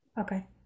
Okay